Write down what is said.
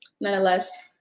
Nonetheless